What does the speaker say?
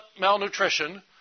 malnutrition